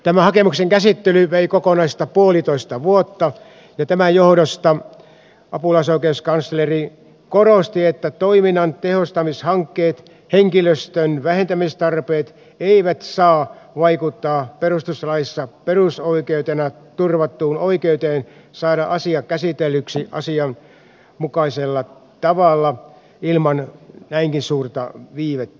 tämän hakemuksen käsittely vei kokonaista puolitoista vuotta ja tämän johdosta apulaisoikeuskansleri korosti että toiminnan tehostamishankkeet tai henkilöstön vähentämistarpeet eivät saa vaikuttaa perustuslaissa perusoikeutena turvattuun oikeuteen saada asia käsitellyksi asianmukaisella tavalla ilman näinkin suurta viivettä